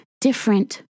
different